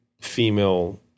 female